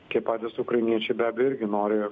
tie patys ukrainiečiai be abejo irgi nori